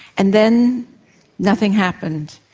and then nothing happened.